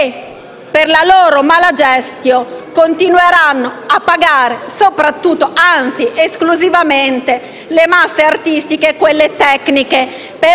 questa loro *mala gestio*, continueranno a pagare soprattutto (anzi, esclusivamente) le masse artistiche e tecniche.